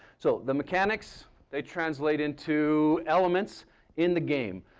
so, the mechanics, they translate into elements in the game.